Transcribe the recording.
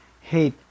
hate